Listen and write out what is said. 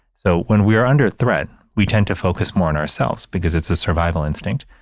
so when we are under threat, we tend to focus more on ourselves because it's a survival instinct.